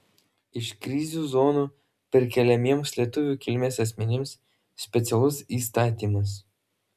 iš krizių zonų perkeliamiems lietuvių kilmės asmenims specialus įstatymas